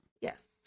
yes